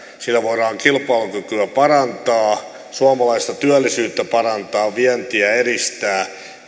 sillä voidaan kilpailukykyä parantaa suomalaista työllisyyttä parantaa vientiä edistää